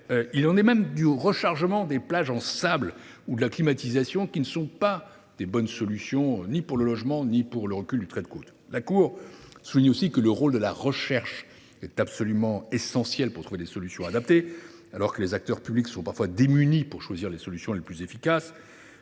Il en est de même du rechargement des plages en sable ou de la climatisation, qui ne sont pas de bonnes solutions, ni pour le logement ni pour le recul du trait de côte. Ensuite, la Cour souligne le rôle essentiel de la recherche pour trouver des solutions adaptées, alors que les acteurs publics sont parfois démunis pour choisir les solutions les plus efficaces.